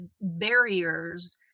barriers